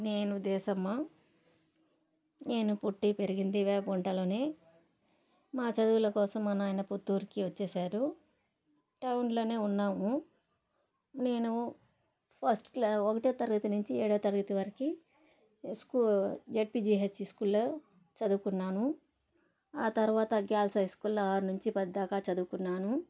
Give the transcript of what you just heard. నేను దేశమ్మ నేను పుట్టి పెరిగింది వేప గుంటలోనే మా చదువుల కోసం మా నాయన పుత్తూరుకి వచ్చేసారు టౌన్లోనే ఉన్నాము నేను ఫస్ట్ క్లాస్ ఒకటొ తరగతి నుంచి ఏడో తరగతి వరకు స్కూ జెడ్పిజీహెచ్ఎస్ స్కూల్లో చదువుకున్నాను ఆ తర్వాత గర్ల్స్ హై స్కూల్ లో ఆరు నుంచి పది దాకా చదువుకున్నాను